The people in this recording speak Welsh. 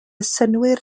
synnwyr